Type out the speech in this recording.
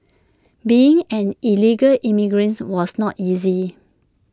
being an illegal immigrant was not easy